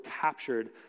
captured